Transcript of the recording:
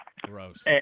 Gross